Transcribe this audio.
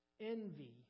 envy